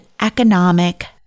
economic